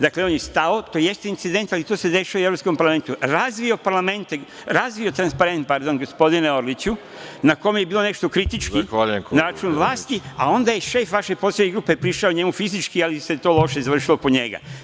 Dakle, on je stao, to jeste incident, ali to se dešava i u Evropskom parlamentu, razvio transparent, gospodine Orliću, na kome je bilo nešto kritički na račun vlasti, a onda je šest vaših članova poslaničke grupe prišao njemu fizički, ali se to loše završilo po njega.